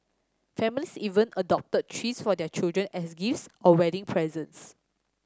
families even adopt trees for their children as gifts or wedding presents